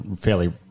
fairly